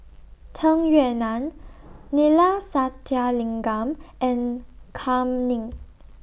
Tung Yue Nang Neila Sathyalingam and Kam Ning